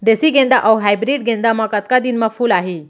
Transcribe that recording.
देसी गेंदा अऊ हाइब्रिड गेंदा म कतका दिन म फूल आही?